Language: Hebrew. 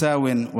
שוויונית ושיתופית,